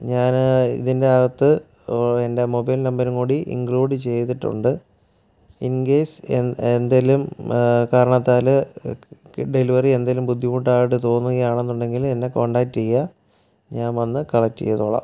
ഞാൻ ഇതിനകത്ത് എൻ്റെ മൊബൈൽ നമ്പരും കൂടി ഇൻക്ലൂഡ് ചെയ്തിട്ടുണ്ട് ഇൻ കേസ് എന്തെങ്കിലും കാരണത്താൽ ഡെലിവറി എന്തെങ്കിലും ബുദ്ധിമുട്ടായിട്ട് തോന്നുകയാണെന്നുണ്ടെങ്കിൽ എന്നെ കോൺടാക്റ്റ് ചെയ്യുക ഞാൻ വന്ന് കളക്റ്റ് ചെയ്തോളാം